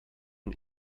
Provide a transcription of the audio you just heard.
von